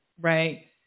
Right